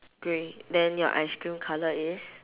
grey then your ice cream colour is